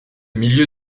milieu